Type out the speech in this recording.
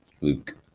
Luke